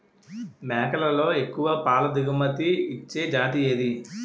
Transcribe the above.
మేకలలో ఎక్కువ పాల దిగుమతి ఇచ్చే జతి ఏది?